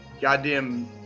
goddamn